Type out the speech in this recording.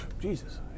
Jesus